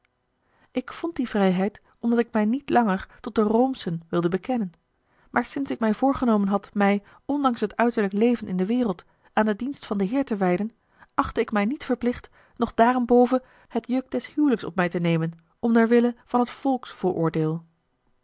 ik vond die vrijheid omdat ik mij niet langer tot de roomschen wilde bekennen maar sinds ik mij voorgenomen had mij ondanks het uiterlijk leven in de wereld aan den dienst van den heer te wijden achtte ik mij niet verplicht nog daarenboven het juk des hijliks op mij te nemen omderwille van het